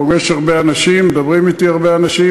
פוגש הרבה אנשים ומדברים אתי הרבה אנשים.